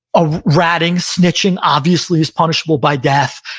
ah ratting, snitching obviously is punishable by death.